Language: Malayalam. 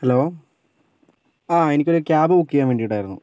ഹലോ ആ എനിക്കൊരു ക്യാബ് ബുക്ക് ചെയ്യാൻ വേണ്ടിയിട്ടായിരുന്നു